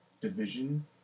Division